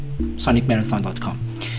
SonicMarathon.com